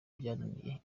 byananiye